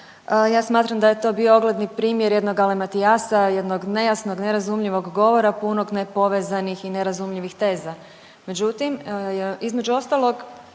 ja smatram da je to bio ogledni primjer jednog galimatijasa jednog nejasnog, nerazumljivog govora punog nepovezanih i nerazumljivih teza. Međutim, između ostalog